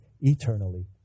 eternally